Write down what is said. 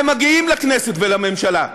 הם מגיעים לכנסת ולממשלה.